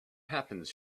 happens